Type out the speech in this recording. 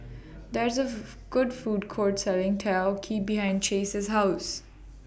There IS A Food Court Selling Takoyaki behind Chace's House